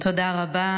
תודה רבה.